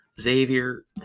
Xavier